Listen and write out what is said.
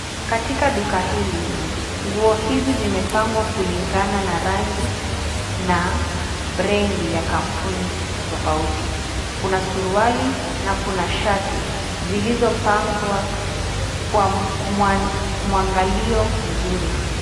Katika duka hili, nguo hizi zimepangwa kulingana na rangi na brendi ya kampuni tofauti. Kuna suruali na kuna shati zilizopangwa kwa mwangalio mzuri.